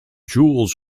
jules